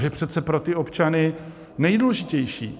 To je přece pro ty občany nejdůležitější.